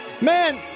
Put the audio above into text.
Man